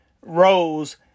rose